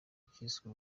kiswe